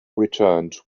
returned